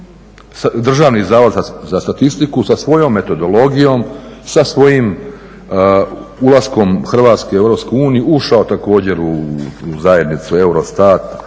Državni zavod za statistiku sa svojom metodologijom, sa svojim ulaskom Hrvatske u Europsku uniju ušao također u zajednicu Eurostat